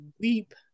weep